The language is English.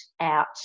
out